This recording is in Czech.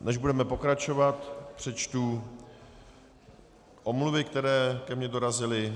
Než budeme pokračovat, přečtu omluvy, které ke mně dorazily.